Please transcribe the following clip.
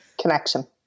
connection